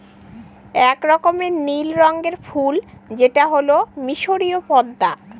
এক রকমের নীল রঙের ফুল যেটা হল মিসরীয় পদ্মা